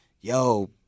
yo